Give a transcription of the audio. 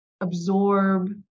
absorb